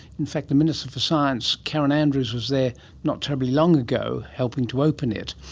in fact the minister for science karen andrews was there not terribly long ago, helping to open it.